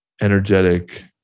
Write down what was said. energetic